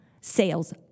sales